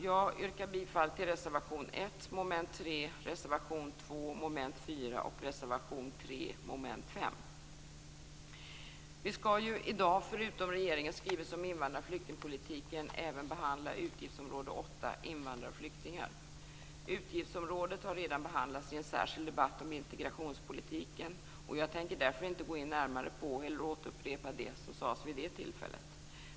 Jag yrkar bifall till reservation 1 Vi skall ju i dag förutom regeringens skrivelse om invandrar och flyktingpolitiken även behandla Utgiftsområde 8 Invandrare och flyktingar. Utgiftsområdet har redan behandlats i en särskilt debatt om integrationspolitiken. Jag tänker därför inte gå in närmare på eller upprepa det som sades vid det tillfället.